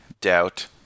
Doubt